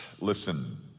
listen